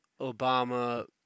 Obama